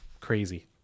crazy